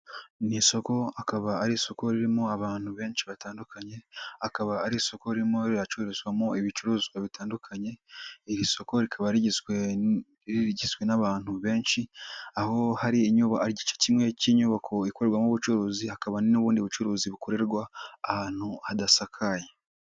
Ni isoko akaba ari isoko ririmo abantu benshi batandukanye, akaba ari isokorimo ricururizwamo ibicuruzwa bitandukanye. Iri soko rikaba rigizwe n'abantu benshi, aho hari igice kimwe cy'inyubako ikorwamo ubucuruzi hakaba n'ubundi bucuruzi bukorerwa ahantu hadasakaye.